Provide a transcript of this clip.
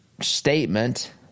statement